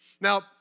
Now